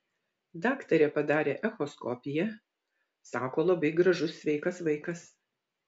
daktarė padarė echoskopiją sako labai gražus sveikas vaikas